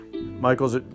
Michael's